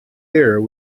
air